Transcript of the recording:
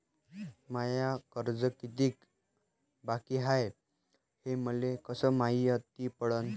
माय कर्ज कितीक बाकी हाय, हे मले कस मायती पडन?